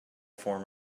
form